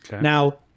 Now